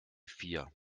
vier